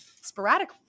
sporadic